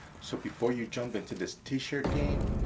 so before you jump into this t-shirt game,